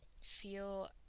feel